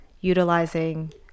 utilizing